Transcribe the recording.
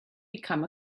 become